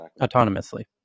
autonomously